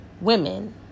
women